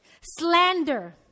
Slander